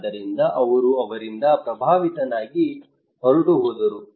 ಆದ್ದರಿಂದ ಅವರು ಅವರಿಂದ ಪ್ರಭಾವಿತನಾಗಿ ಹೊರಟುಹೋದರು